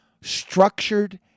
structured